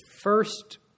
first